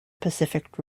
pacific